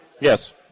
Yes